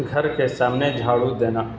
گھر کے سامنے جھاڑو دینا